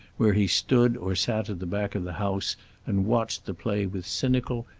where he stood or sat at the back of the house and watched the play with cynical,